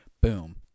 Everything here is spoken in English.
boom